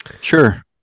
Sure